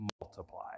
multiply